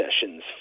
sessions